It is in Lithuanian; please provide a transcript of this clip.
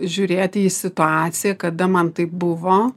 žiūrėti į situaciją kada man taip buvo